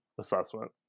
assessment